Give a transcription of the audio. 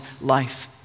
life